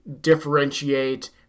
differentiate